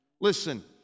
Listen